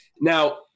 Now